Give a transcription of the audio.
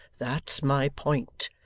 that's my point.